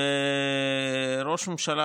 ראש הממשלה,